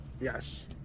yes